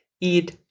eat